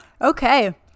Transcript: okay